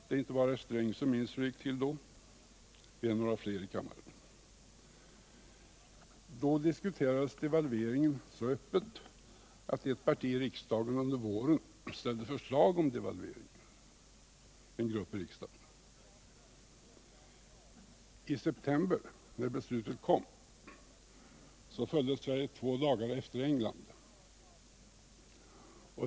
Det är inte bara herr Sträng som minns hur det gick till då, vi är några fler i kammaren. Då diskuterades devalveringen så öppet att ett parti i riksdagen under våren ställde förslag om devalvering. När beslutet kom i september hade man efter två dagar följt efter England.